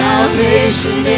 Salvation